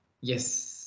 Yes